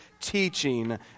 teaching